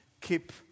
keep